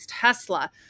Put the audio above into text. Tesla